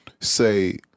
say